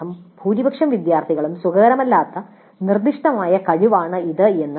അതിനർത്ഥം ഭൂരിപക്ഷം വിദ്യാർത്ഥികളും സുഖകരമല്ലാത്ത നിർദ്ദിഷ്ട കഴിവാണ് ഇത്